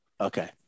Okay